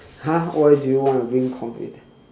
!huh! why do you want to bring computer